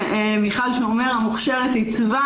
שמיכל שומר המוכשרת עיצבה